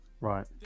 Right